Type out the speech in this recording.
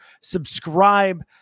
subscribe